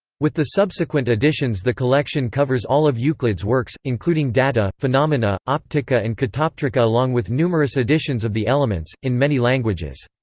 with the subsequent additions the collection covers all of euclid's works, including data, phaenomena, optica and catoptrica along with numerous editions of the elements, in many languages.